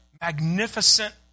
magnificent